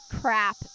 crap